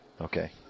Okay